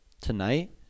tonight